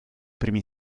primi